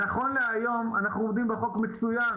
מה שאני אומר נכון להיום אנחנו עומדים בחוק מצוין.